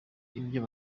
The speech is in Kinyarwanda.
ibyo